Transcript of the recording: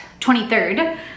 23rd